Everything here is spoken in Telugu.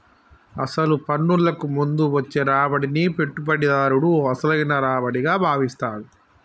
అసలు పన్నులకు ముందు వచ్చే రాబడిని పెట్టుబడిదారుడు అసలైన రావిడిగా భావిస్తాడు